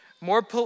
more